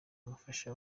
umufasha